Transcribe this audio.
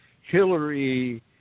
Hillary